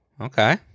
okay